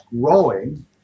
growing